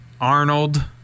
Arnold